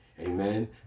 Amen